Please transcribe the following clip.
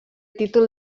títol